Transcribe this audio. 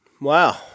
wow